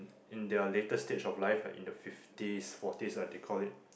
in their later stage of life like in the fifties forties and they call it